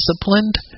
disciplined